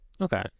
Okay